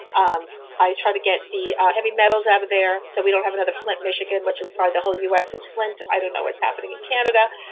i try to get the ah heavy metals out of there so we don't have another flint, michigan, which is part of the whole us is flint. i don't know what's happening in canada.